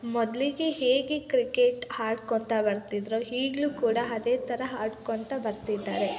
ಮೊದಲಿಗೆ ಹೇಗೆ ಕ್ರಿಕೆಟ್ ಆಡ್ಕೊತ ಬರ್ತಿದ್ದರೋ ಈಗ್ಲೂ ಕೂಡ ಅದೇ ಥರ ಆಡ್ಕೊತ ಬರ್ತಿದ್ದಾರೆ